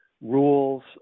rules